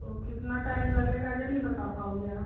okay कितना time लगेगा यह नहीं बता पाओगे आप